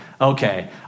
okay